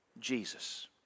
Jesus